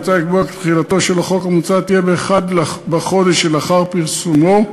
מוצע לקבוע כי תחילתו של החוק המוצע תהיה ב-1 בחודש שלאחר פרסומו,